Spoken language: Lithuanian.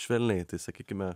švelniai tai sakykime